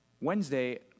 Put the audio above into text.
Wednesday